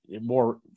more